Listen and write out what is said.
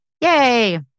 Yay